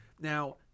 Now